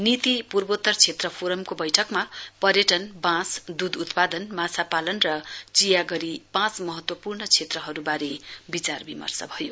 नीति पूर्वोत्तर क्षेत्र फोरमको बैठकमा पर्यटन बाँस दूध उत्पादन माछा पालन र चिया गरी पाँच महत्वपूर्ण क्षेत्रहरूबारे विचारविमर्श भयो